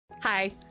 Hi